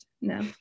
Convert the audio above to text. no